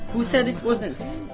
who said it wasn't?